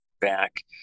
back